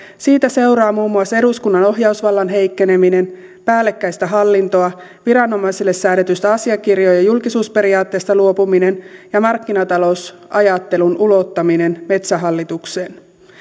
siitä seuraa muun muassa eduskunnan ohjausvallan heikkeneminen päällekkäistä hallintoa viranomaisille säädetystä asiakirjojen julkisuusperiaatteesta luopuminen ja markkinatalousajattelun ulottaminen metsähallitukseen